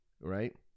right